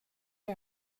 jag